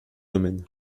domaine